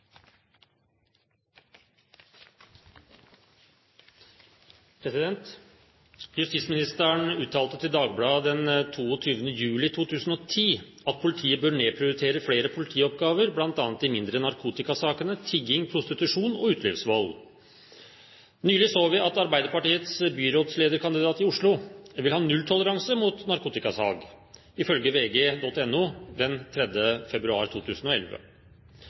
uttalte til Dagbladet 22. juli 2010 at politiet bør nedprioritere flere politioppgaver, bl.a. de mindre narkotikasakene, tigging, prostitusjon og utelivsvold. Nylig så vi at Arbeiderpartiets byrådslederkandidat i Oslo vil ha nulltoleranse mot narkotikasalg, ifølge vg.no 3. februar 2011.